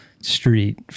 street